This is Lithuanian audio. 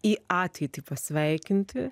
į ateitį pasveikinti